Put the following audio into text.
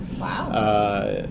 Wow